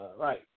right